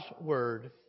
word